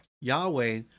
Yahweh